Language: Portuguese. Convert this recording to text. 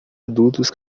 adultos